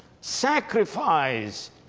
sacrifice